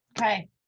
Okay